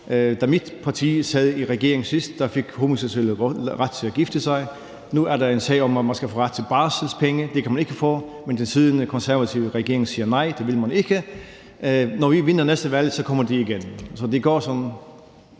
Da mit parti sad i regering sidst, fik homoseksuelle ret til at gifte sig. Nu er der en sag om, at man skal have ret til barselspenge, for det kan man ikke få. Men den siddende konservative regering siger nej, det vil man ikke. Når vi vinder næste valg, kommer det igennem. Så det går sådan